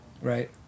Right